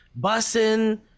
bussin